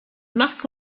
marc